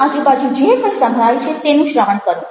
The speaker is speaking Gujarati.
તમારી આજુબાજુ જે કંઈ સંભળાય છે તેનું શ્રવણ કરો